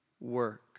work